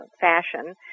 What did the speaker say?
fashion